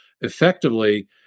Effectively